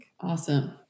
awesome